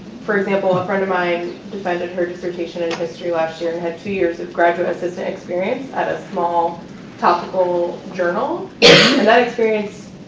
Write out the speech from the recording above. for example, a friend of mine defended her dissertation in history last year, and had two years of graduate assistant experience at a small topical journal, and that experience